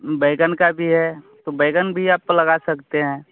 बैंगन का भी है तो बैंगन भी का भी आप लगा सकते हैं